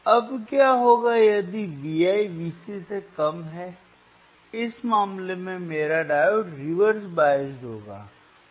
अब क्या होगा यदि Vi Vc से कम है इस मामले में मेरा डायोड रिवर्स बायस्ड होगा